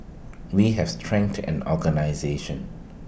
we have strengthened and organisation